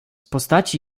postaci